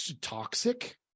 Toxic